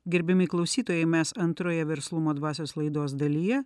gerbiami klausytojai mes antroje verslumo dvasios laidos dalyje